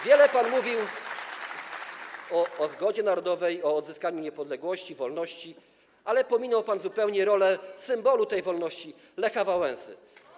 Wiele pan mówił o zgodzie narodowej, o odzyskaniu niepodległości, wolności, ale pominął pan zupełnie rolę symbolu tej wolności - Lecha Wałęsy.